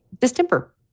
distemper